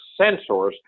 sensors